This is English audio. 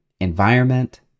environment